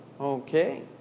Okay